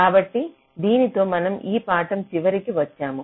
కాబట్టి దీనితో మనం ఈ పాఠం చివరికి వచ్చాము